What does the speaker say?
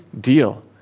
deal